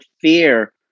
fear